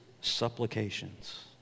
supplications